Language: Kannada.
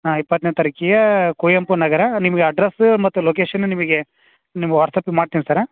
ಹಾಂ ಇಪ್ಪತ್ತನೇ ತಾರೀಖಿಗೆ ಕುವೆಂಪು ನಗರ ನಿಮಗೆ ಆಡ್ರೆಸ್ ಮತ್ತು ಲೊಕೇಶನ್ ನಿಮಗೆ ನಿಮ್ಗ ವಾಟ್ಸ್ಆ್ಯಪೆ ಮಾಡ್ತೀನಿ ಸರ್